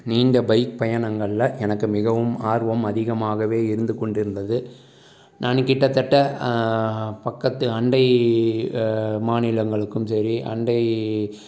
நீண்ட பைக் பயணங்களில் எனக்கு மிகவும் ஆர்வம் அதிகமாகவே இருந்து கொண்டு இருந்தது நான் கிட்டத்தட்ட பக்கத்து அண்டை மாநிலங்களுக்கும் சரி அண்டை